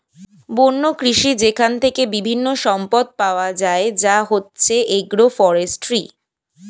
বন্য কৃষি যেইখান থেকে বিভিন্ন সম্পদ পাওয়া যায় যা হচ্ছে এগ্রো ফরেষ্ট্রী